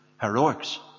heroics